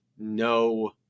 no